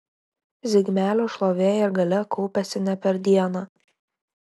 zigmelio šlovė ir galia kaupėsi ne per dieną